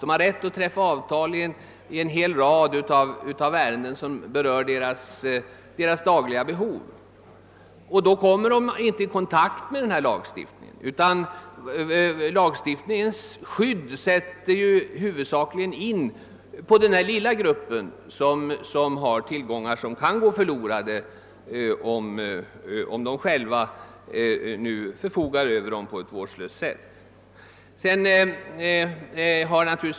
De har rätt att träffa avtal i en hel rad av ärenden, som berör deras dagliga behov, och då kommer de inte i kontakt med lagstiftningen. Lagstiftningens skydd sätter ju huvudsakligen in i fråga om den lilla grupp som har tillgångar som kan gå förlorade, om de själva förfogar över dem på ett vårdslöst sätt.